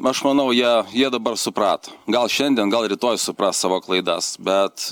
aš manau jie jie dabar suprato gal šiandien gal rytoj supras savo klaidas bet